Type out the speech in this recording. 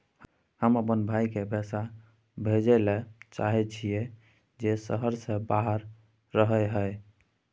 हम अपन भाई के पैसा भेजय ले चाहय छियै जे शहर से बाहर रहय हय